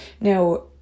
now